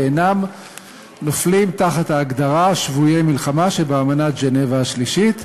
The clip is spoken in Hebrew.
ואינם נופלים תחת ההגדרה ״שבויי מלחמה״ שבאמנת ז'נבה השלישית,